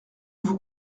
vous